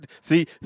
See